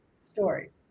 stories